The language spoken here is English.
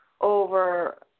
over